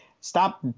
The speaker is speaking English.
stop